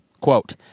quote